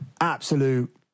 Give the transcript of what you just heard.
Absolute